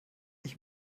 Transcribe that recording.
ich